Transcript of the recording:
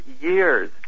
years